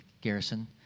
Garrison